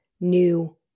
new